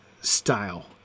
style